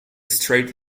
straight